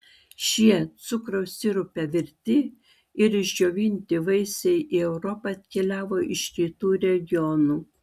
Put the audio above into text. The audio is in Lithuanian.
šie cukraus sirupe virti ir išdžiovinti vaisiai į europą atkeliavo iš rytų regionų